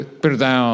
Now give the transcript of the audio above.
perdão